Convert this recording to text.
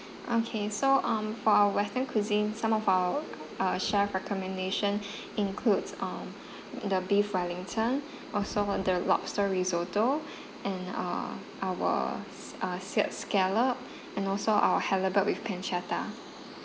okay so um for our western cuisine some of our uh chef recommendation includes um the beef wellington also the lobster risotto and uh our s~ uh s~ scallop and also our halibut with pancetta